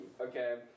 okay